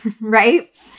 right